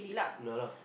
ya lah